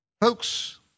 Folks